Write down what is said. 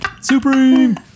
Supreme